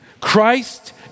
Christ